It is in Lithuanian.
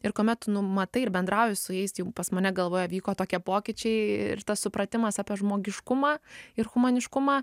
ir kuomet tu nu matai ir bendrauju su jais jau pas mane galvoje vyko tokie pokyčiai ir tas supratimas apie žmogiškumą ir humaniškumą